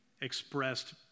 expressed